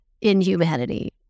inhumanity